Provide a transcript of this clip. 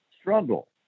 struggle